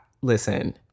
Listen